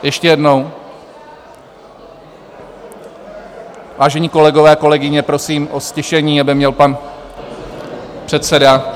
Ještě jednou, vážení kolegové, kolegyně, prosím o ztišení, aby měl pan předseda...